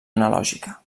analògica